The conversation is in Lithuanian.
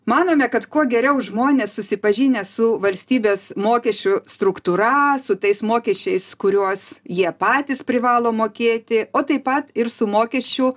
manome kad kuo geriau žmonės susipažinę su valstybės mokesčių struktūra su tais mokesčiais kuriuos jie patys privalo mokėti o taip pat ir su mokesčių